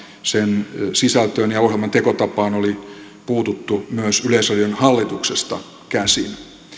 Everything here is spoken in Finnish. sen sisältöön ja ohjelman tekotapaan oli puututtu myös yleisradion hallituksesta käsin